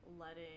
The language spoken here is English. letting